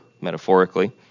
metaphorically